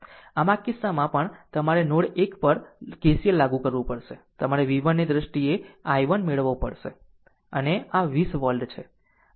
આમ આ કિસ્સામાં પણ તમારે નોડ 1 પર KCL લાગુ કરવું પડશે તમારે v 1 ની દ્રષ્ટિએ i1 મેળવવો પડશે અને આ 20 વોલ્ટ છે